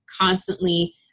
constantly